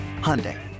Hyundai